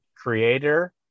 creator